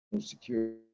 security